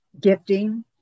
gifting